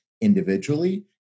individually